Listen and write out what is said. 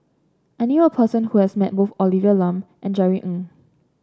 I knew a person who has met both Olivia Lum and Jerry Ng